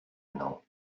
mną